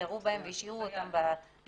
וירו בהם והשאירו אותם באזור.